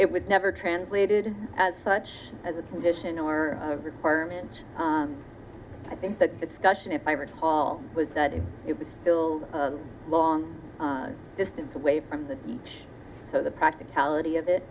it would never translated as such as a condition or a requirement i think that it's gushing if i recall was that if it was still a long distance away from the beach so the practicality of it